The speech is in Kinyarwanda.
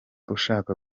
ushaka